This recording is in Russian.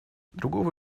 другого